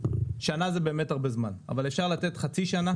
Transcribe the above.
שנה זה באמת הרבה זמן אבל אפשר לתת חצי שנה